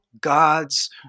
God's